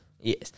Yes